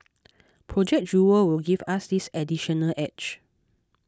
Project Jewel will give us this additional edge